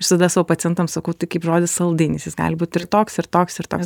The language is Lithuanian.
visada savo pacientams sakau tai kaip žodis saldainis jis gali būt ir toks ir toks ir toks